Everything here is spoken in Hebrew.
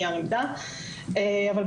חברי עידן בן-דוד מלמד אצלי בחוג וטוען